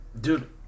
dude